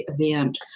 event